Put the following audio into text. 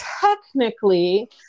technically